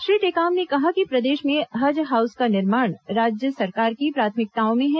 श्री टेकाम ने कहा कि प्रदेश में हज हाउस का निर्माण राज्य सरकार की प्राथमिकताओं में है